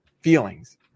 feelings